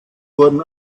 wurden